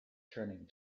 turning